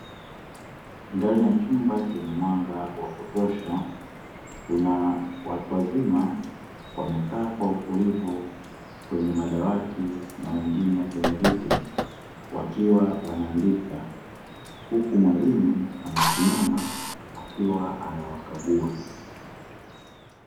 Ndani ya chumba chenye mwanga wa kutosha kuna watu wazima wamekaa kwa utulivu kwenye madawati na wengine kwenye viti wakiwa wanaandika huku mwalimu amesimama akiwa anawakagua.